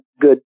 good